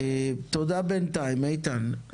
תודה בינתיים איתן.